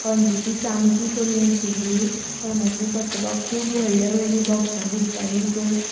quantity सामकी कमी आशील्ली फोनाचेर दाखोपाक खुब व्हडले व्हडले बॉक्सां दिसताली पूण